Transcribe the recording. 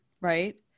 right